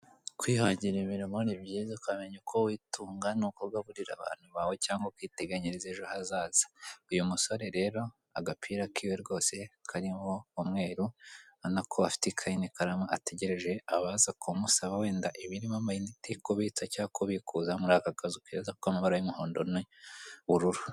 Kwihangira imirimo ni byiza ukamenya uko witunga ni uko ugaburira abantu bawe cyangwa ukiteganyiriza ejo hazaza, uyu musore rero agapira kiwe rwose karimo umweru ubona ko afite ikayi n'ikaramu ategereje abaza kumusaba wenda ibirimo amayinite kubitsa cyangwa kubikuza muri aka kazu keza k'amabara y'umuhondo n'ubururu.